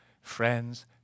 Friends